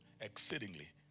exceedingly